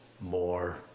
more